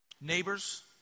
neighbors